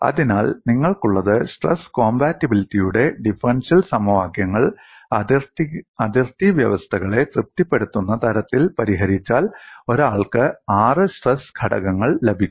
അതിനാൽ നിങ്ങൾക്കുള്ളത് സ്ട്രെസ് കോംപാറ്റിബിളിറ്റിയുടെ ഡിഫറൻഷ്യൽ സമവാക്യങ്ങൾ അതിർത്തി വ്യവസ്ഥകളെ തൃപ്തിപ്പെടുത്തുന്ന തരത്തിൽ പരിഹരിച്ചാൽ ഒരാൾക്ക് ആറ് സ്ട്രെസ് ഘടകങ്ങൾ ലഭിക്കും